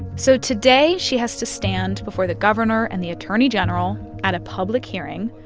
so today she has to stand before the governor and the attorney general at a public hearing,